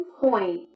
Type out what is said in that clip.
point